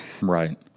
Right